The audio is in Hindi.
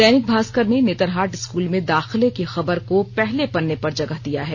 दैनिक भास्कर ने नेहतरहाट स्कूल में दाखिले की खबर को पहले पन्ने पर जगह दिया है